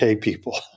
people